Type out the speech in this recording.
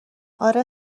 آره